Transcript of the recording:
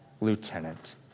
lieutenant